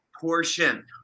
portion